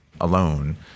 alone